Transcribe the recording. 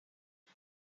uno